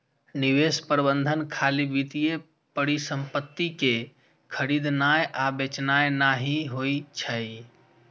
निवेश प्रबंधन खाली वित्तीय परिसंपत्ति कें खरीदनाय आ बेचनाय नहि होइ छै